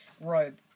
robe